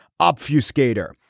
obfuscator